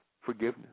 forgiveness